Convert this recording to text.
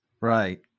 Right